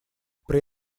при